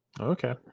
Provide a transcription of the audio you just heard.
Okay